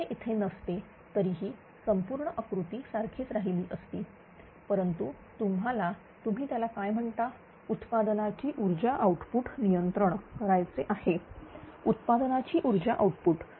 जर हे इथे नसते तरीही संपूर्ण आकृती सारखीच राहिली असती परंतु तुम्हाला तुम्ही त्याला काय म्हणाल उत्पादनाची ऊर्जा आउटपुट नियंत्रण करायचे आहे उत्पादनाची ऊर्जा आउटपुट